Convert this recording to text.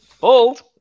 Bold